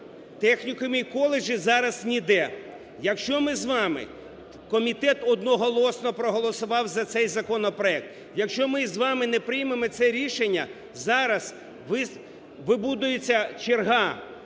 технікуми і коледжі зараз ніде. Якщо ми з вами… Комітет одноголосно проголосував за цей законопроект. Якщо ми з вами не приймемо це рішення, зараз вибудується черга